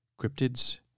cryptids